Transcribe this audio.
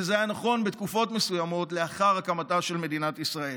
וזה היה נכון בתקופות מסוימות לאחר הקמתה של מדינת ישראל.